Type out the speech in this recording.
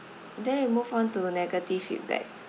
then we move on to negative feedback